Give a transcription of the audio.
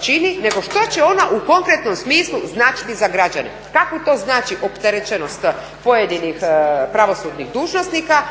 čini nego što će ona u konkretnom smislu značiti za građane, kakvu to znači opterećenost pojedinih pravosudnih dužnosnika